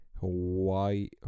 Hawaii